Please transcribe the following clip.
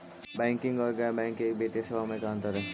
Banking और गैर banking वित्तीय सेवाओं में का अंतर हइ?